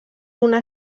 una